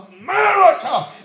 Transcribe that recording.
America